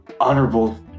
honorable